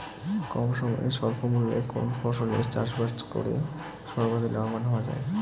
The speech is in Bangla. কম সময়ে স্বল্প মূল্যে কোন ফসলের চাষাবাদ করে সর্বাধিক লাভবান হওয়া য়ায়?